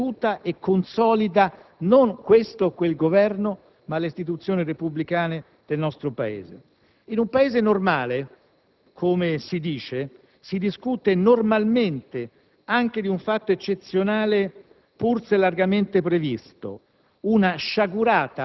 se questo aiuta e consolida non questo o quel Governo, ma le istituzioni repubblicane del nostro Paese. In un Paese normale, come si dice, si discute normalmente anche di un fatto eccezionale, pur se largamente previsto.